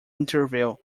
interview